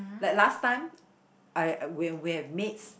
like last time I when we have maids